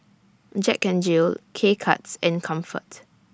Jack N Jill K Cuts and Comfort